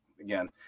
again